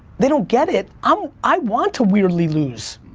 they don't get it, um i want to weirdly lose,